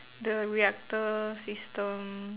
the reactor system